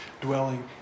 dwelling